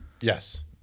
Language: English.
Yes